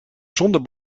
zonder